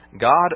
God